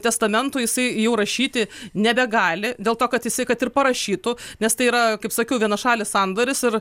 testamentu jisai jau rašyti nebegali dėl to kad jisai kad ir parašytų nes tai yra kaip sakiau vienašalis sandoris ir